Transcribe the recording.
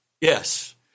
yes